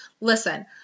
Listen